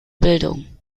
bildung